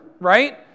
right